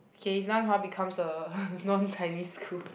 okay if Nan Hua becomes a non Chinese school